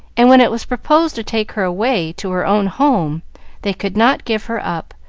and when it was proposed to take her away to her own home they could not give her up,